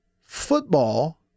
football